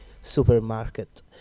supermarket